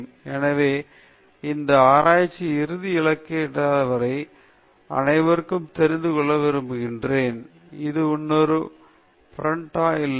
எனவே எந்த ஆராய்ச்சி இறுதி இலக்கு அந்த இறவாத நிலையை பெற உள்ளது அனைவருக்கும் தெரிந்து கொள்ள விரும்புகிறேன் நான் இன்னொரு பிரண்ட்ட் ஆகமா